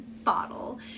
bottle